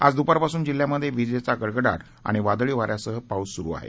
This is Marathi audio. आज दुपारपासून जिल्ह्यामध्ये विजेचा गडगडाट आणी वादळी वाऱ्यासह पाऊस सुरु आहे